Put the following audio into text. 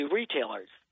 retailers